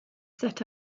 set